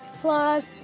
plus